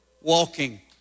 walking